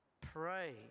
Pray